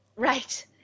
Right